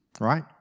Right